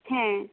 হ্যাঁ